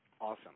Awesome